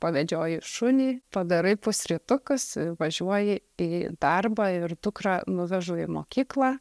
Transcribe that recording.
pavedžioji šunį padarai pusrytukus važiuoji į darbą ir dukrą nuvežu į mokyklą